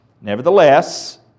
Nevertheless